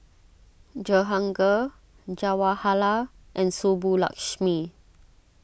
Jehangirr Jawaharlal and Subbulakshmi